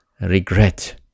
regret